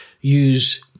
use